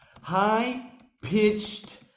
high-pitched